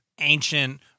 ancient